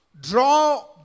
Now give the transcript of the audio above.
draw